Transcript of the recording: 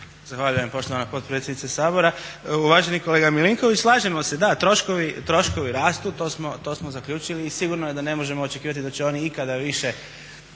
Zahvaljujem poštovana potpredsjednice Sabora. Uvaženi kolega Milinković slažemo se, da troškovi rastu to smo zaključili i sigurno je da ne možemo očekivati da će oni ikada više,